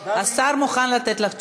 השר מוכן לתת לך תשובה.